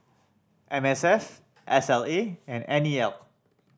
M S F S L A and N E L